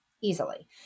easily